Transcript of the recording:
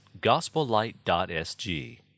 gospellight.sg